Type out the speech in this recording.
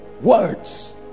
Words